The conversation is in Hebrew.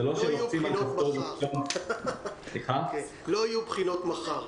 זה לא שלוחצים על כפתור ופתאום --- לא יהיו בחינות מחר.